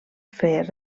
fer